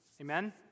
Amen